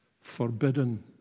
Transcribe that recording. forbidden